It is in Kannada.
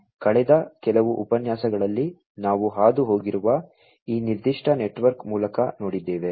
ಕಳೆದ ಕೆಲವು ಉಪನ್ಯಾಸಗಳಲ್ಲಿ ನಾವು ಹಾದುಹೋಗಿರುವ ಈ ನಿರ್ದಿಷ್ಟ ನೆಟ್ವರ್ಕ್ ಮೂಲಕ ನೋಡಿದ್ದೇವೆ